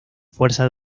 fuerza